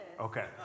Okay